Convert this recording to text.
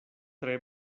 tre